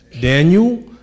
Daniel